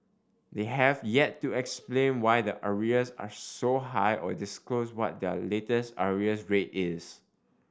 they have yet to explain why their arrears are so high or disclose what their latest arrears rate is